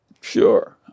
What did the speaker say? Sure